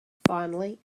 finally